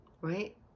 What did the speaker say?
Right